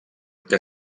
que